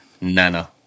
Nana